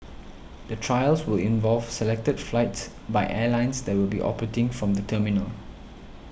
the trials will involve selected flights by airlines that will be operating from the terminal